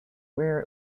where